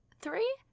three